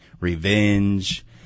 revenge